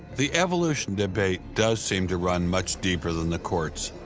the evolution debate does seem to run much deeper than the courts,